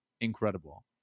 incredible